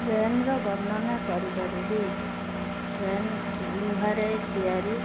ଟ୍ରେନର ବର୍ଣ୍ଣନା କରିପାରିବି ଟ୍ରେନ ଲୁହାରେ ତିଆରି